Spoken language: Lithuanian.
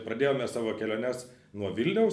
pradėjome savo keliones nuo vilniaus